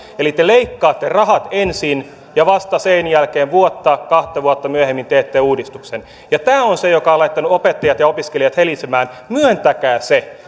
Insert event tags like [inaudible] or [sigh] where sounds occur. te leikkaatte rahat ensin ja vasta sen jälkeen vuotta kahta vuotta myöhemmin teette uudistuksen ja tämä on se joka on laittanut opettajat ja opiskelijat helisemään myöntäkää se [unintelligible]